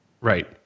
Right